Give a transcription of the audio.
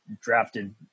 drafted